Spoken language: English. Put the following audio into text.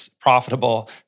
profitable